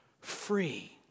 free